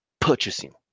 purchasing